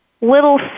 little